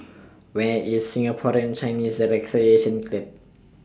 Where IS Singaporean Chinese Recreation Club